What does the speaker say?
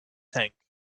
tank